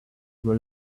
will